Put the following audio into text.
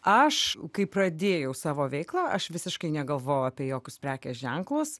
aš kai pradėjau savo veiklą aš visiškai negalvojau apie jokius prekės ženklus